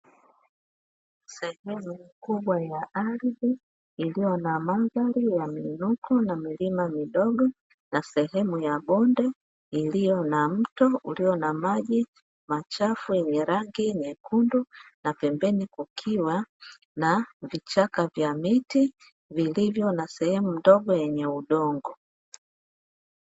Sehemu kubwa ya ardhi iliyo na mandhari ya miinuko na milima midogo na sehemu ya bonde iliyo na mto uliyo na maji machafu yenye rangi nyekundu na pembeni kukiwa na vichaka vya miti vilivyo na sehemu ndogo yenye udongo.